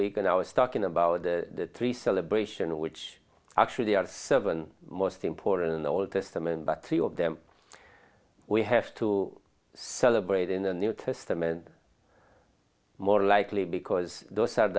week and i was talking about the three celebration which actually are seven most important in the old testament but three of them we have to celebrate in the new testament more likely because th